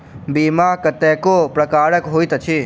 बीमा कतेको प्रकारक होइत अछि